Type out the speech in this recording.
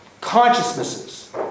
consciousnesses